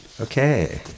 okay